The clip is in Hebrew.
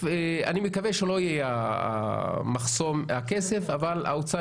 אני מקווה שכסף לא יהיה המחסום אבל האוצר